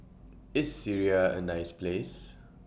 IS Syria A nice Place